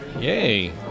Yay